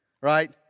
right